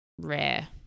rare